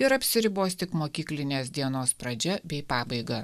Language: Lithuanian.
ir apsiribos tik mokyklinės dienos pradžia bei pabaiga